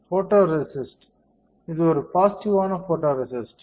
photoresist இது ஒரு பாசிட்டிவ்வான போட்டோரேசிஸ்ட்